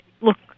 look